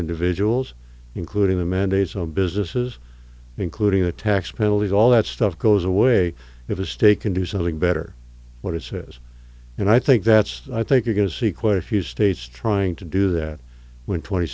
individuals including the mandates on businesses including the tax penalty all that stuff goes away if a stay can do something better what it says and i think that's i think you're going to see quite a few states trying to do that when twenty